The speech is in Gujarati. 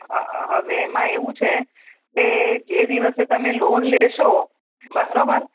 હવે એમાં એવું છે કે જે દિવસે તમે લોન લેશો બરાબર